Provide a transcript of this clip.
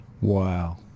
wow